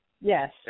Yes